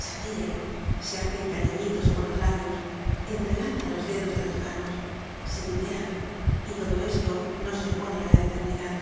se rien se hacen cariñitoscon los labios entrelazan los dedos de las manos se tutean y todo esto no se opone á la eternidad